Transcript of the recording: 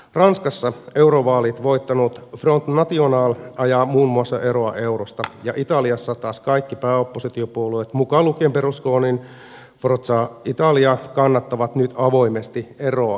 ranskassa eurovaalit voittanut front national ajaa muun muassa eroa eurosta ja italiassa taas kaikki pääoppositiopuolueet mukaan lukien berlusconin forza italia kannattavat nyt avoimesti eroa eurosta